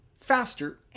faster